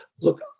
Look